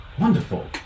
wonderful